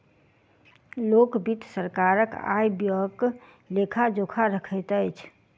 लोक वित्त सरकारक आय व्ययक लेखा जोखा रखैत अछि